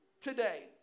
today